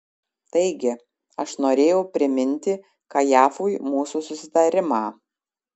taigi aš norėjau priminti kajafui mūsų susitarimą